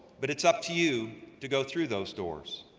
but it's up to you to go through those doors.